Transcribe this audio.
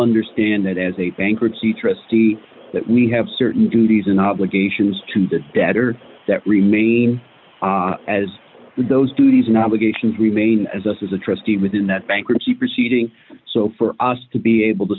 understand that as a bankruptcy trustee that we have certain duties and obligations to the debtor that remain as those duties and obligations remain as us as a trustee within that bankruptcy proceeding so for us to be able to